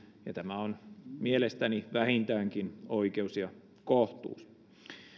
ja tämä on mielestäni vähintäänkin oikeus ja kohtuus